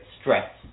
stress